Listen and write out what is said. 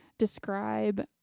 describe